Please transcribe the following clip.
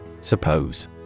Suppose